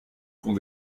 font